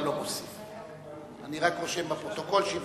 התשס"ט 2009,